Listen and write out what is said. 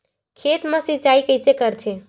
खेत मा सिंचाई कइसे करथे?